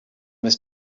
was